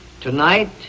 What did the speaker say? Tonight